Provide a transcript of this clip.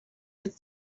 his